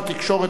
התקשורת,